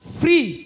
free